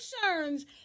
concerns